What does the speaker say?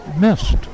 missed